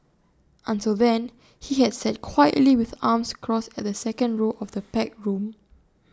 until then he had sat quietly with arms crossed at the second row of the packed room